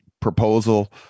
proposal